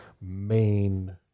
main